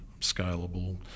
scalable